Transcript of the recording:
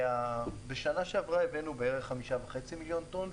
בשנה שעברה הבאנו בערך 5.5 מיליון טון,